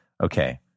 Okay